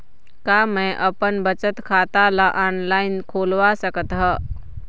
का मैं अपन बचत खाता ला ऑनलाइन खोलवा सकत ह?